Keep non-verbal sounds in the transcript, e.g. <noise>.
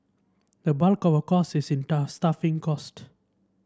the bulk of our cost is in <unintelligible> staffing cost